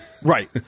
Right